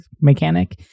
mechanic